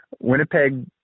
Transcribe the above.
Winnipeg